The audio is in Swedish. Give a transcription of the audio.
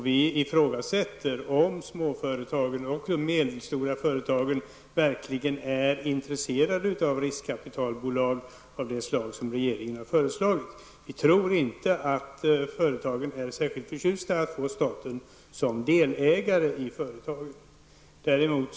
Vi ifrågasätter om det är så, att småföretagen och de medelstora företagen verkligen är intresserade av riskkapitalbolag av den typ som regeringen föreslår. Vi tror inte att man från företagens sida är särskilt förtjust över att få staten som delägare i företagen.